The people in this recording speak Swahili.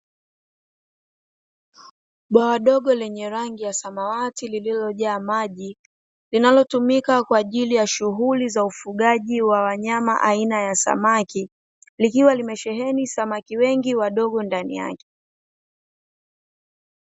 Bwawa dogo lenye rangi ya samawati lililojaa maji linalotumika kwa ajili ya shughuli za ufugaji wa wanyama aina ya samaki likiwa limesheheni samaki wengi wadogo ndani yake.